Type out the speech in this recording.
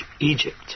Egypt